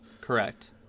Correct